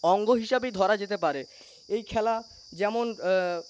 অঙ্গ হিসেবেই ধরা যেতে পারে এই খেলা যেমন